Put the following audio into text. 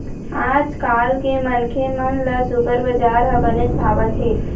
आजकाल के मनखे मन ल सुपर बजार ह बनेच भावत हे